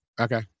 okay